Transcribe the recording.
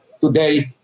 today